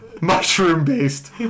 mushroom-based